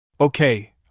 Okay